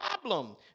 problem